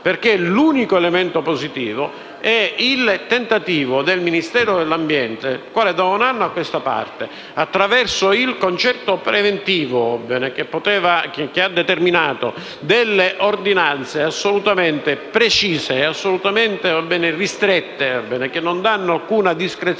perché l'unico elemento positivo è il tentativo del Ministero dell'ambiente, che da un anno a questa parte, attraverso il concerto preventivo, ha determinato delle ordinanze assolutamente precise e ristrette che non consentono alcuna discrezionalità